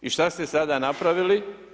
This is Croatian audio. I šta ste sada napravili?